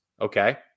Okay